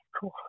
cool